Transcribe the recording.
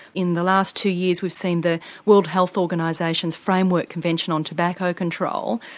in the last two years we've seen the world health organisation's framework convention on tobacco control.